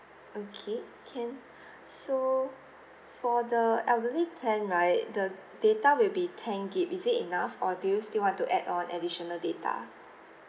okay can so for the elderly plan right the data will be ten gig is it enough or do you still want to add on additional data